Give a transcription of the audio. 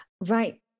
right